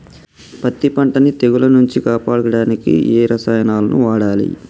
పత్తి పంటని తెగుల నుంచి కాపాడడానికి ఏ రసాయనాలను వాడాలి?